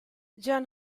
john